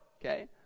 okay